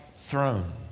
throne